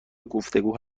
گفتگو